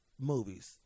movies